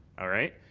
all right.